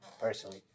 personally